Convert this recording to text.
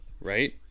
right